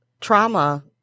trauma